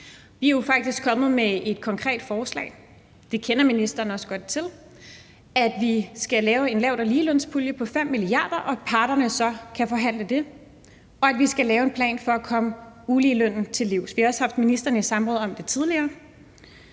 Vi er faktisk kommet med et konkret forslag, og det kender ministeren også godt til, om, at vi skal lave en lavt- og ligelønspulje på 5 mia. kr., og at parterne så kan forhandle det, og at vi skal lave en plan for at komme uligelønnen til livs. Vi har også haft ministeren i samråd om det tidligere.